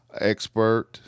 expert